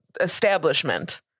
establishment